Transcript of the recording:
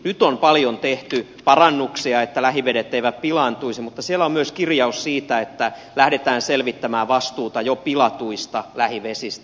nyt on paljon tehty parannuksia että lähivedet eivät pilaantuisi mutta siellä on myös kirjaus siitä että lähdetään selvittämään vastuuta jo pilatuista lähivesistä